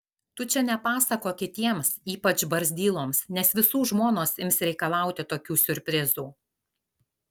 tu čia nepasakok kitiems ypač barzdyloms nes visų žmonos ims reikalauti tokių siurprizų